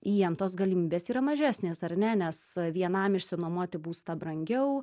jiem tos galimybės yra mažesnės ar ne nes vienam išsinuomoti būstą brangiau